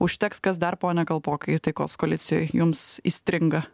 užteks kas dar pone kalpokai taikos koalicijoj jums įstringa